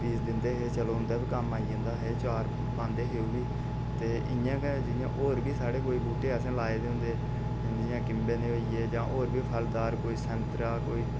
दे पीस दिंदे हे चलो उंदा बी कम्म आई जंदा हा चार पांदे हे ओह् बी ते इ'यां गै होर बी कोई बूहटे असें लाए दे होंदे हे जि'यां किम्बे दे होई गेआ जां होर बी फलदार कोई सैंतरा कोई